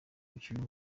mukino